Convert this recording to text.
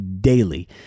daily